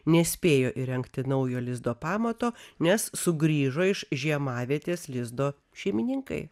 nespėjo įrengti naujo lizdo pamato nes sugrįžo iš žiemavietės lizdo šeimininkai